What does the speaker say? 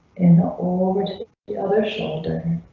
and over the other shoulder.